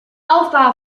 aufbau